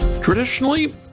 Traditionally